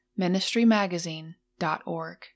ministrymagazine.org